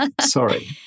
Sorry